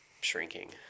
shrinking